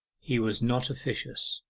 he was not officious.